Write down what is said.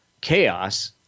chaos